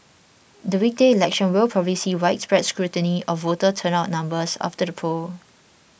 the weekday election will probably see widespread scrutiny of voter turnout numbers after the polls